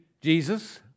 Jesus